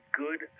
good